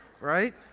Right